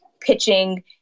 pitching